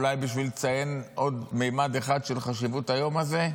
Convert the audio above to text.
אולי בשביל לציין עוד ממד אחר של חשיבות היום הזה,